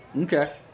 Okay